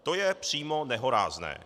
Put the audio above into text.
To je přímo nehorázné!